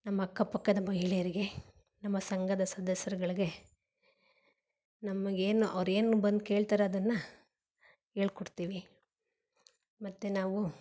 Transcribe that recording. ನಮ್ಮ ಅಕ್ಕಪಕ್ಕದ ಮಹಿಳೆಯರಿಗೆ ನಮ್ಮ ಸಂಘದ ಸದಸ್ಯರುಗಳಿಗೆ ನಮಗೇನು ಅವ್ರು ಏನು ಬಂದು ಕೇಳ್ತಾರೆ ಅದನ್ನು ಹೇಳ್ಕೊಡ್ತೀವಿ ಮತ್ತು ನಾವೂ